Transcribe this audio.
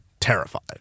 terrified